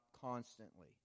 constantly